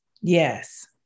Yes